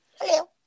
Hello